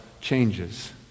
changes